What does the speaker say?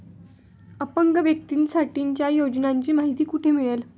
अपंग व्यक्तीसाठीच्या योजनांची माहिती कुठे मिळेल?